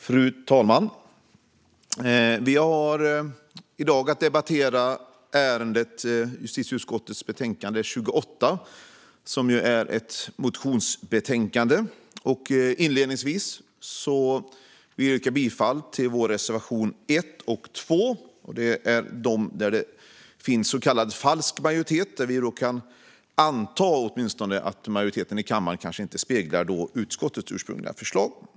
Fru talman! Vi har i dag att debattera justitieutskottets betänkande 28, som är ett motionsbetänkande. Inledningsvis vill jag yrka bifall till våra reservationer 1 och 2. Där finns det så kallad falsk majoritet - vi kan åtminstone anta att majoriteten i kammaren inte speglar utskottets ursprungliga förslag.